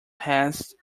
passed